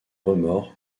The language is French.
remords